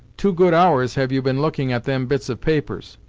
two good hours have you been looking at them bits of papers!